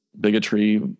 bigotry